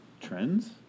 Trends